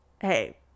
hey